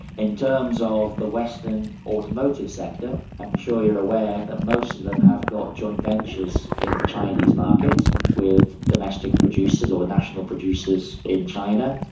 in terms of the western automotive sector, i'm sure you're aware that most of them have got joint ventures in the chinese market with domestic producers or national producers in china.